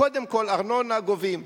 קודם כול ארנונה גובים,